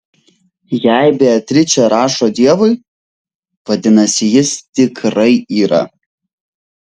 jei beatričė rašo dievui vadinasi jis tikrai yra